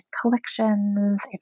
collections